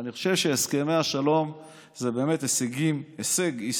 ואני חושב שהסכמי השלום הם באמת הישג היסטורי